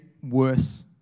worse